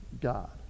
God